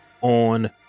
on